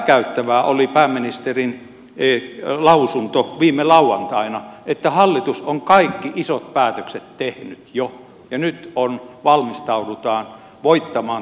hätkäyttävää oli pääministerin lausunto viime lauantaina että hallitus on kaikki isot päätökset tehnyt jo ja nyt valmistaudutaan voittamaan tulevat vaalit